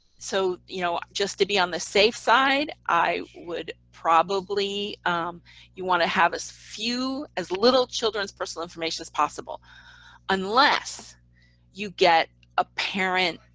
so you know just to be on the safe side, i would probably you want to have as few as little children's personal information as possible unless you get a parent